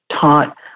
taught